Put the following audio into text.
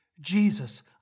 Jesus